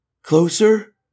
Closer